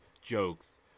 jokes